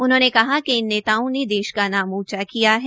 उन्होंने कहा कि इन नेताओं ने देश का नाम ऊंचा किया है